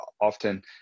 often